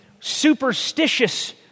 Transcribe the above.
superstitious